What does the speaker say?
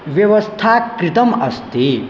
व्यवस्था कृता अस्ति